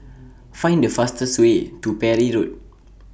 Find The fastest Way to Parry Road